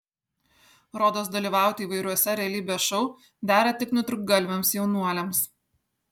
rodos dalyvauti įvairiuose realybės šou dera tik nutrūktgalviams jaunuoliams